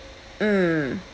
mm